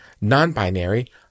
non-binary